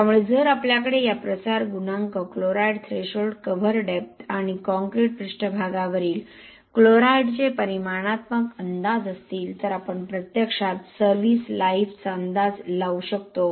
त्यामुळे जर आपल्याकडे या प्रसार गुणांक क्लोराईड थ्रेशोल्ड कव्हर डेप्थ आणि कॉंक्रिट पृष्ठभागावरील क्लोराईडचे परिमाणात्मक अंदाज असतील तर आपण प्रत्यक्षात सर्व्हीस लाईफ चा अंदाज लावू शकतो